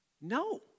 No